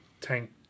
tank